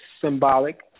symbolic